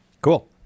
Cool